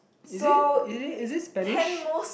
is it is it is it Spanish